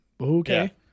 Okay